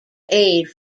aid